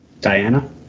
Diana